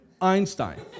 Einstein